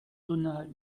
donat